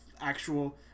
actual